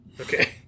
Okay